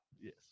Yes